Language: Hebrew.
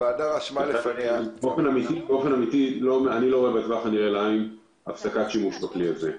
כך שאני לא רואה בטווח הנראה לעין הפסקה של השימוש בכלי הזה.